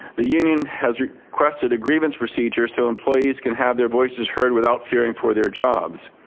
the union has requested a grievance procedure so employees can have their voices heard without fearing for their jobs.